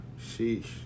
Sheesh